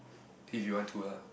if you want to lah